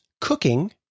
cooking